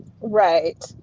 Right